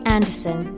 Anderson